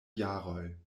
jaroj